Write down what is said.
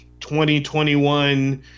2021